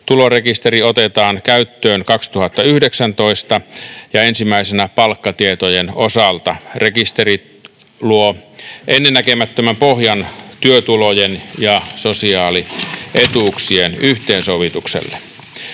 Tulorekisteri otetaan käyttöön 2019 ja ensimmäisenä palkkatietojen osalta. Rekisteri luo ennennäkemättömän pohjan työtulojen ja sosiaalietuuksien yhteensovitukselle.